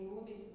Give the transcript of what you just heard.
movies